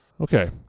Okay